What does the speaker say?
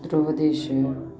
Dhruvadesh